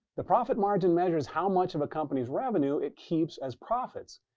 the profit margin measures how much of a company's revenue it keeps as profits.